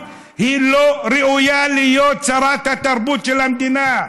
לא ראויה להיות שרת התרבות של המדינה,